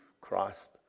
Christ